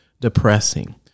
depressing